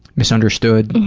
misunderstood